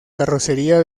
carrocería